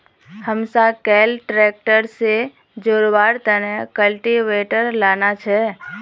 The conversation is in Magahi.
हमसाक कैल ट्रैक्टर से जोड़वार तने कल्टीवेटर लाना छे